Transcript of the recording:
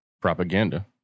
propaganda